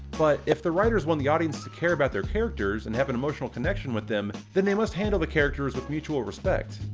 but if the writers want the audience to care about their characters and have an emotional connection with them, then they must handle the characters with mutual respect.